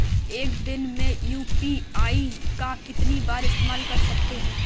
एक दिन में यू.पी.आई का कितनी बार इस्तेमाल कर सकते हैं?